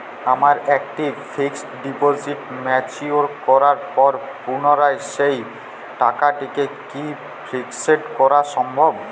আমার একটি fixed deposit mature করার পর পুনরায় সেই টাকাটিকে কি ফিক্সড করা সম্ভব?